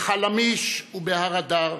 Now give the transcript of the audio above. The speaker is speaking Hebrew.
בחלמיש ובהר אדר,